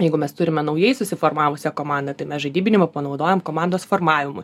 jeigu mes turime naujai susiformavusią komandą tai mes žaidybinimą panaudojom komandos formavimui